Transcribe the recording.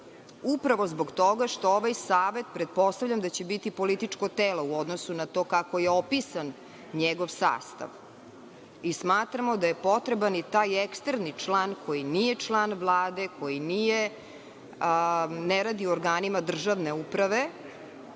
upravo zbog toga što ovaj savet pretpostavljam da će biti političko telo, u odnosu na to kako je opisan njegov sastav. Smatramo da je potreban i taj eksterni član koji nije član Vlade, koji ne radi u organima državne uprave,